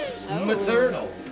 Maternal